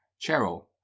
Cheryl